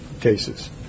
cases